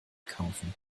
kaufen